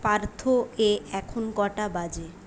পার্থ এ এখন কটা বাজে